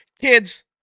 kids